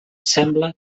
sembla